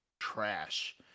trash